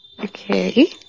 Okay